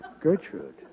Gertrude